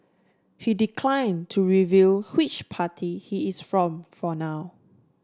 he declined to reveal which party he is from for now